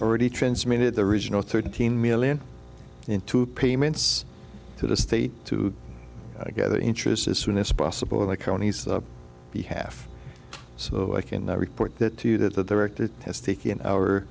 already transmitted the original thirteen million into payments to the state to get the interest as soon as possible the cronies up the half so i can report that to you that the director has taken our